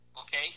okay